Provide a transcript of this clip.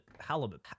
Halibut